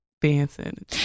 dancing